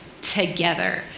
together